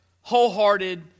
wholehearted